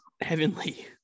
heavenly